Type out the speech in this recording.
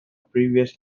previous